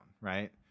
Right